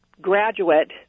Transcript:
graduate